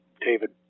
David